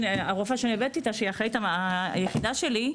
הרופאה שאני עובדת אתה, שהיא אחראית היחידה שלי,